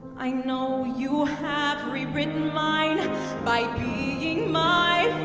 i know you have re-written mine by being my